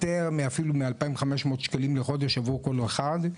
יותר אפילו מ-2,500 לחודש עבור כל אחד,